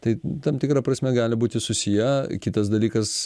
tai tam tikra prasme gali būti susiję kitas dalykas